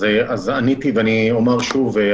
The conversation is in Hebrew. אז עניתי ואני אומר שוב,